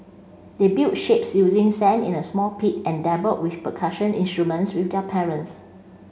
they built shapes using sand in a small pit and dabbled with percussion instruments with their parents